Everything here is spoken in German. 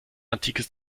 antikes